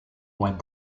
mois